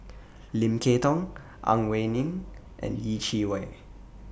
Lim Kay Tong Ang Wei Neng and Yeh Chi Wei